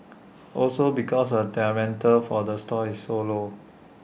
also because their rental for the stall is so low